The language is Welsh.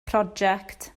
project